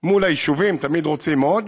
מול היישובים, תמיד רוצים עוד,